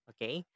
Okay